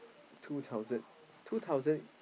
two thousand two thousand